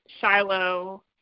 Shiloh